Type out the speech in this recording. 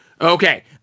okay